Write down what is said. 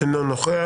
אינו נוכח.